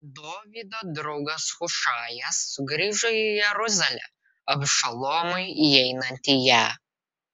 dovydo draugas hušajas sugrįžo į jeruzalę abšalomui įeinant į ją